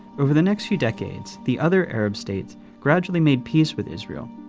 over the next few decades, the other arab states gradually made peace with israel,